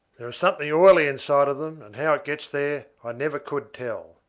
there is something oily inside of them, and how it gets there i never could tell.